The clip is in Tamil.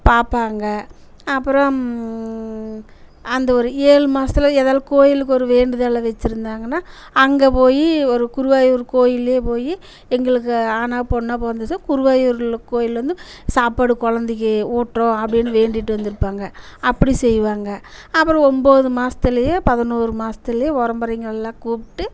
பார்ப்பாங்க அப்புறம் அந்த ஒரு ஏழு மாசத்தில் ஏதாலும் கோவிலுக்கு ஒரு வேண்டுதலை வச்சுருந்தாங்கன்னா அங்கே போய் ஒரு குருவாயூர் கோயில்லையே போய் எங்களுக்கு ஆணோ பெண்ணா பிறந்துச்சின்னா குருவாயூரில் கோயில்லேருந்து சாப்பாடு குழந்தைக்கு ஊட்டுறோம் அப்படின்னு வேண்டிட்டு வந்திருப்பாங்க அப்படி செய்வாங்க அப்புறம் ஒன்போது மாதத்திலையோ பதினோரு மாதத்துலையோ உறமொறைங்க எல்லாம் கூப்பிட்டு